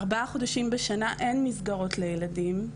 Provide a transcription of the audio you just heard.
ארבעה חודשים בשנה אין מסגרות לילדים.